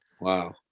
Wow